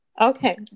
Okay